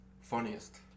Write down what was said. Funniest